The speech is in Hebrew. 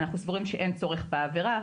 אנחנו סבורים שאין צורך בעבירה,